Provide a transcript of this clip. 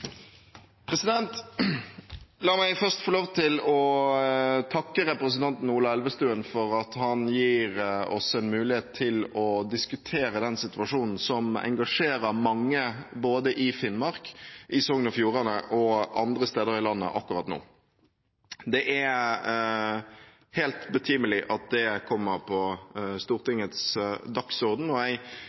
La meg først få lov til å takke representanten Ola Elvestuen for at han gir oss en mulighet til å diskutere denne situasjonen som engasjerer mange i Finnmark, i Sogn og Fjordane og andre steder i landet akkurat nå. Det er helt betimelig at det kommer på Stortingets dagsorden, og jeg